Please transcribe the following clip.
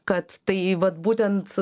kad tai vat būtent